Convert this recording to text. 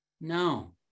No